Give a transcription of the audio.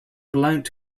blount